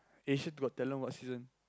Asia Got Talent what season